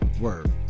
Word